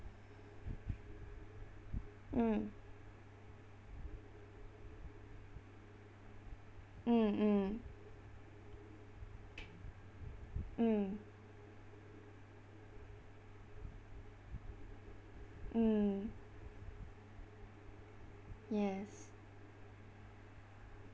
mm mm mm mm mm yes